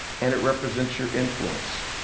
and it represents your influence.